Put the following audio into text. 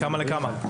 מכמה לכמה?